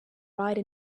ride